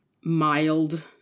mild